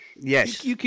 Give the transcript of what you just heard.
Yes